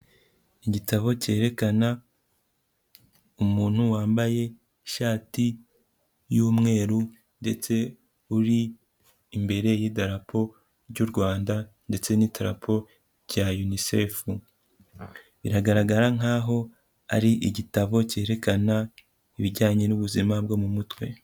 Igitabo cyerekana umuntu wambaye ishati y'umweru ndetse uri imbere y'Idarapo ry'u Rwanda ndetse n'Idarapo rya Unicef, biragaragara nkaho ari igitabo cyerekana ibijyanye n'ubuzima bwo mu mutwe.